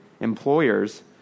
employers